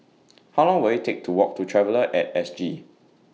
How Long Will IT Take to Walk to Traveller At S G